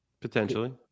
Potentially